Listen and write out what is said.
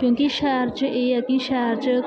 क्योंकि शैह्र च एह् ऐ कि शैह्र च